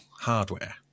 hardware